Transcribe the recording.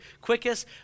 quickest